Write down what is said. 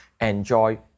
enjoy